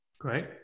Great